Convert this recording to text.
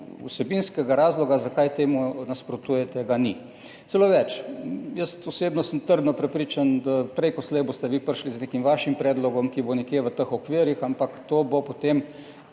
vsebinskega razloga, zakaj temu nasprotujete, ga ni. Celo več, jaz osebno sem trdno prepričan, da boste prej ko slej vi prišli z nekim vašim predlogom, ki bo nekje v teh okvirih, ampak potem